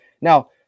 Now